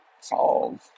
solve